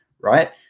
right